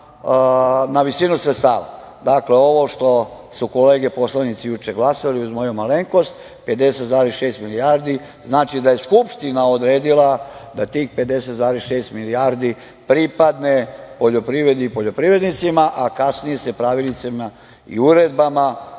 na visinu sredstava. Dakle, ovo što su kolege poslanici juče glasali, uz moju malenkost, 50,6 milijardi, znači da je Skupština odredila da tih 50,6 milijardi pripadne poljoprivredi i poljoprivrednicima, a kasnije se pravilnicima i uredbama rešava